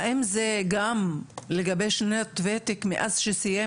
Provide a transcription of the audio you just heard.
האם זה גם לגבי שנות וותק מאז שסיים